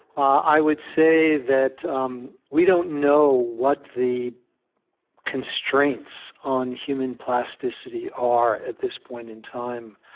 i would say that um we don't know what the constraints on human plasticity are at this point in time.